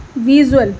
visual